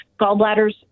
gallbladders